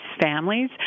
families